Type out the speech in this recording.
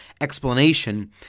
explanation